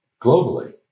globally